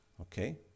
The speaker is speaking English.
Okay